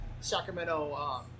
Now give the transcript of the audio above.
Sacramento